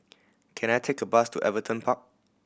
can I take a bus to Everton Park